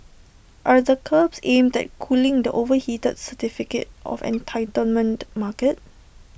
are the curbs aimed at cooling the overheated certificate of entitlement market